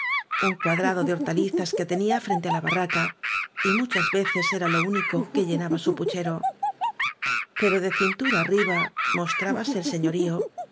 un cuadrado de hortalizas que tenía f frente á la ba rraca y muchas veces era lo único que llenaba su puchero pero de cintura arriba mostrábase el señoría